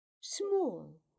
small